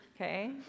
okay